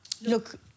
look